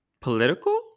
political